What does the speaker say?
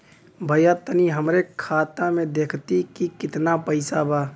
भईया तनि हमरे खाता में देखती की कितना पइसा बा?